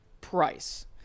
price